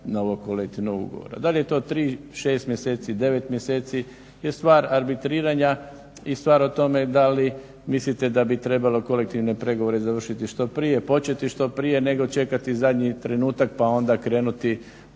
novog kolektivnog ugovora. Da li je to 3, 6, 9 mjeseci je stvar arbitriranja i stvar o tome da li mislite da bi trebalo kolektivne pregovore završiti što prije, početi što prije nego čekati zadnji trenutak pa onda krenuti